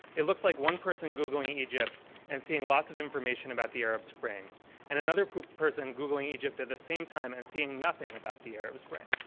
it looks like one person googling egypt and seeing lots of information about the arab spring and another person googling egypt at the same time and seeing nothing about the arab spring.